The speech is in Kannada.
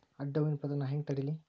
ಅಡ್ಡ ಹೂವಿನ ಪದರ್ ನಾ ಹೆಂಗ್ ತಡಿಲಿ?